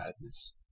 madness